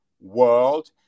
World